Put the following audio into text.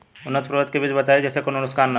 उन्नत प्रभेद के बीज बताई जेसे कौनो नुकसान न होखे?